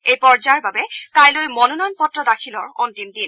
এই পৰ্যায়ৰ বাবে কাইলৈ মনোনয়ন পত্ৰ দাখিলৰ অন্তিম দিন